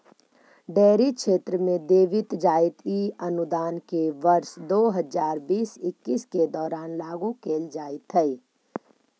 dairy क्षेत्र में देवित जाइत इ अनुदान के वर्ष दो हज़ार बीस इक्कीस के दौरान लागू कैल जाइत हइ